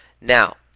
now